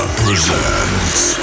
presents